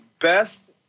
best